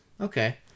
Okay